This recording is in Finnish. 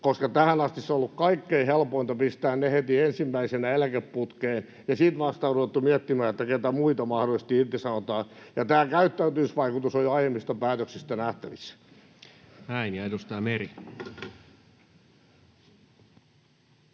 koska tähän asti on ollut kaikkein helpointa pistää heidät heti ensimmäisenä eläkeputkeen ja sitten vasta on ruvettu miettimään, keitä muita mahdollisesti irtisanotaan. Tämä käyttäytymisvaikutus on jo aiemmista päätöksistä nähtävissä. [Speech 174] Speaker: